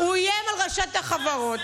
הוא איים על ראשת החברות,